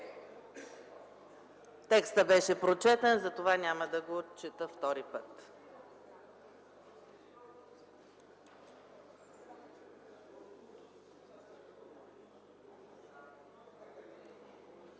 Текстът беше прочетен. Затова няма да го чета втори път.